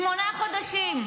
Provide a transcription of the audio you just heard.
שמונה חודשים.